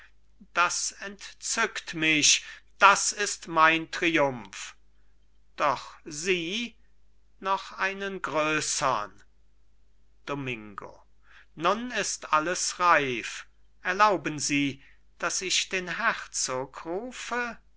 das entzückt mich das ist mein triumph doch ihr noch einen größern domingo nun ist alles reif erlauben sie daß ich den herzog rufe